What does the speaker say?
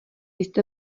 jste